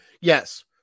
Yes